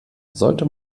sollte